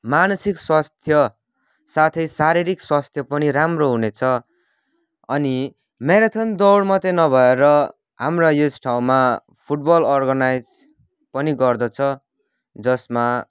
मानसिक स्वास्थ्य साथै शारीरिक स्वास्थ्य पनि राम्रो हुनेछ अनि म्याराथन दौड मात्रै नभएर हाम्रा यस ठाउँमा फुटबल अर्गनाइज पनि गर्दछ जसमा